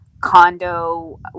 condo